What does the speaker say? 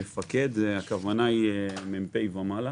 מפקד זה מ"פ ומעלה.